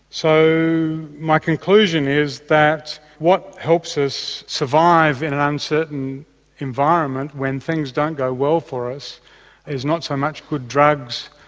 so my conclusion is that what helps us survive in an uncertain environment when things don't go well for us is not so much good drugs,